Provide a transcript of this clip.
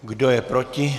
Kdo je proti?